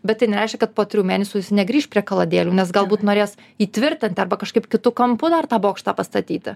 bet tai nereiškia kad po trijų mėnesių jis negrįš prie kaladėlių nes galbūt norės įtvirtinti arba kažkaip kitu kampu dar tą bokštą pastatyti